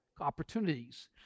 opportunities